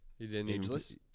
ageless